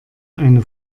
eine